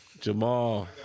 Jamal